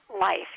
life